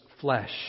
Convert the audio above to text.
flesh